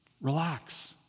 Relax